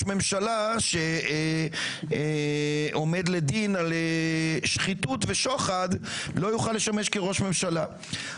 ממשלה שעומד לדין על שחיתות ושוחד לא יוכל לשמש כראש ממשלה,